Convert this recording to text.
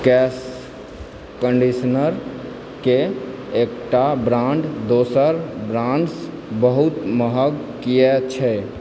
केश कण्डीशनर क एकटा ब्राण्ड दोसर ब्राण्ड सँ बहुत महग किएक छैक